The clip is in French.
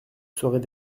saurait